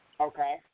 okay